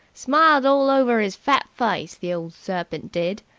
smiled all over his fat face, the old serpint did!